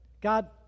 God